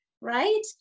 right